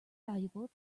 valuable